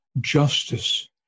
justice